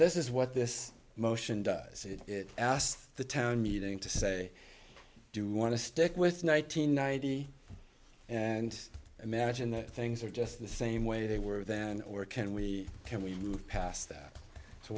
this is what this motion does it asked the town meeting to say do want to stick with nine hundred ninety and imagine that things are just the same way they were then or can we can we move past that so